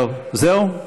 טוב, זהו?